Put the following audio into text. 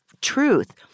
truth